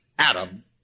Adam